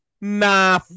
nah